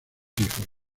hijos